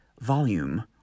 volume